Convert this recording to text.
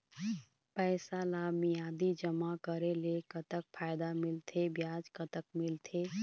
पैसा ला मियादी जमा करेले, कतक फायदा मिलथे, ब्याज कतक मिलथे?